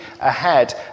ahead